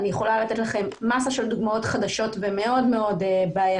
אני יכולה לתת לכם מסה של דוגמאות חדשות ומאוד מאוד בעייתיות.